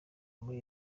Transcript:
muri